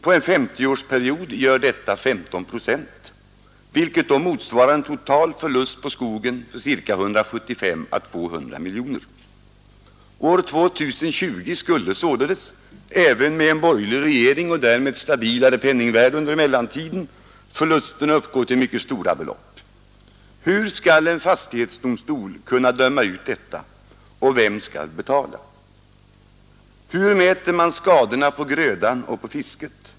På en 50-årsperiod gör detta 15 procent, vilket då motsvarar en total förlust på skogen på 175 å 200 miljoner kronor. År 2020 skulle således — även med en borgerlig regering och därmed stabilare penningvärde under mellantiden — förlusten uppgå till mycket stora belopp. Hur skall en fastighetsdomstol kunna döma ut ersättning för detta och vem skall betala? Hur mäter man skadorna på grödan och på fisket?